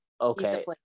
Okay